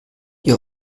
ihr